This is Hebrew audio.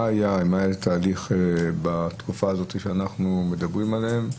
מה היה התהליך בתקופה הזאת שאנחנו מדברים עליה?